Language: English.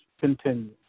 continue